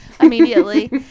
immediately